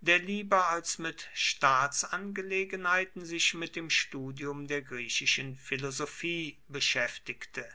der lieber als mit staatsangelegenheiten sich mit dem studium der griechischen philosophie beschäftigte